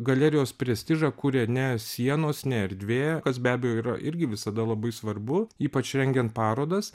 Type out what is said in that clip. galerijos prestižą kuria ne sienos ne erdvė kas be abejo yra irgi visada labai svarbu ypač rengiant parodas